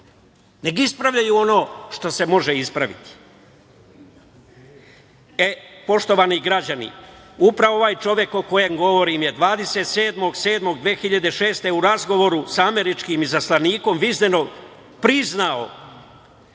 nego ispravljaju ono što se može ispraviti. Poštovani građani, upravo ovaj čovek o kojem govorim je 27.7.2006. godine u razgovoru sa američkim izaslanikom Viznerom priznao